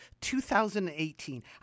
2018